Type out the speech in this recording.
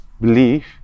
belief